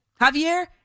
Javier